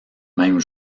même